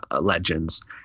legends